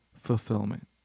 fulfillment